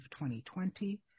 2020